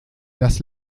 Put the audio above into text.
das